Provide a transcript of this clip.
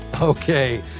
Okay